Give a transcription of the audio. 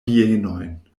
bienojn